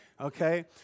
Okay